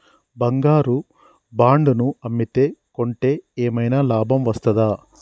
బంగారు బాండు ను అమ్మితే కొంటే ఏమైనా లాభం వస్తదా?